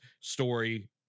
story